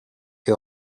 que